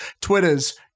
Twitters